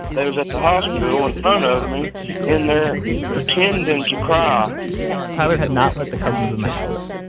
they was at the hospital in front ah of me in there pretending to cry tyler had not let the cousins in the house.